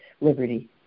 liberty